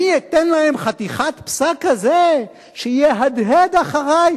אני אתן להם חתיכת פסק כזה שיהדהד אחרי.